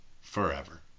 forever